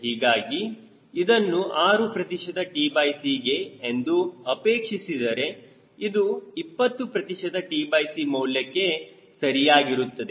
ಹೀಗಾಗಿ ಇದನ್ನು 6 ಪ್ರತಿಶತ tc ಗೆ ಎಂದು ಅಪೇಕ್ಷಿಸಿದರೆ ಇದು 20 ಪ್ರತಿಶತ tc ಮೌಲ್ಯಕ್ಕೆ ಸರಿಯಾಗಿರುತ್ತದೆ